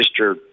Mr